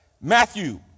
Matthew